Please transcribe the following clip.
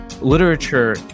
Literature